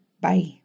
Bye